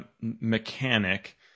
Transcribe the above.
mechanic